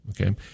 Okay